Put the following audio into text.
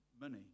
Money